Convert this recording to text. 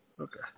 okay